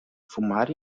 fumar